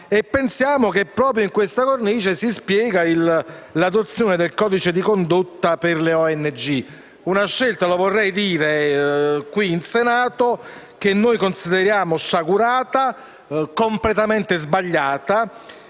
Pensiamo che proprio in questa cornice si spiega l'adozione del codice di condotta per le ONG: una scelta - vorrei dirlo qui in Senato - che noi consideriamo sciagurata, completamento sbagliata,